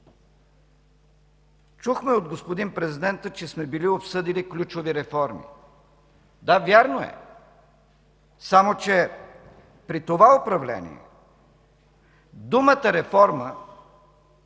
Чухме от господин президента, че сме били обсъдили ключови реформи. Да, вярно е. Само че при това управление думата реформа